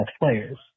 players